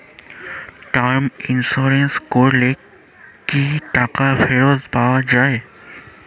Term insurance করলে কি টাকা ফেরত পাওয়া যায়?